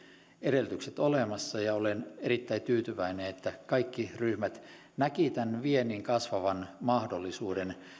edellytykset olemassa ja olen erittäin tyytyväinen että kaikki ryhmät näkivät viennin kasvavan mahdollisuuden